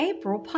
April